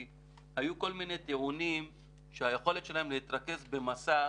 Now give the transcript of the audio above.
היו כל מיני טיעונים שהיכולת שלהם להתרכז במסך